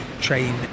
train